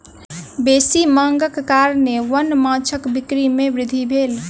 बेसी मांगक कारणेँ वन्य माँछक बिक्री में वृद्धि भेल